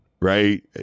Right